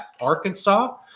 Arkansas